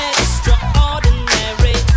Extraordinary